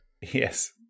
Yes